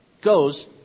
goes